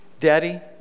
Daddy